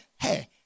hey